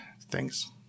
thanks